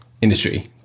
industry